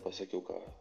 pasakiau ką